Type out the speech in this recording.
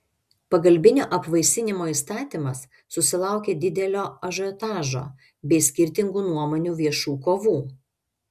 pagalbinio apvaisinimo įstatymas susilaukė didelio ažiotažo bei skirtingų nuomonių viešų kovų